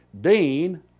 dean